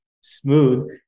smooth